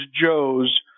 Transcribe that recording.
Joes